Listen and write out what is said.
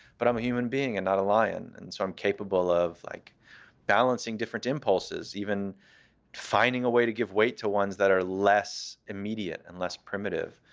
but i'm a human being and not a lion. and so i'm capable of like balancing different impulses, even finding a way to give weight to ones that are less immediate and less primitive,